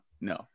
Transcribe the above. No